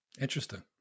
Interesting